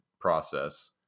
process